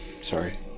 Sorry